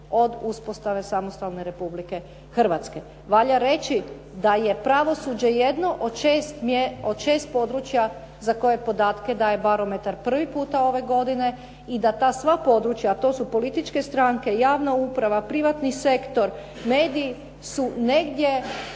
od uspostave samostalne Republike Hrvatske. Valja reći da je pravosuđe jedno od 6 područja za koje podatke daje barometar prvi puta ove godine i da ta sva područja, a to su političke stranke, javna uprava, privatni sektor, mediji su negdje